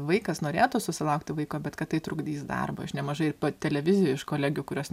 vaikas norėtų susilaukti vaiko bet kad tai trukdys darbą aš nemažai televizijoj iš kolegių kurios ne